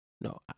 No